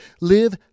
live